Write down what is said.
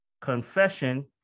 Confession